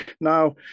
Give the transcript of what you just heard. Now